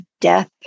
death